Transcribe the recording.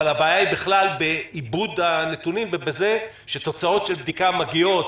אבל הבעיה היא בכלל בעיבוד הנתונים ובזה שתוצאות הבדיקה מגיעות,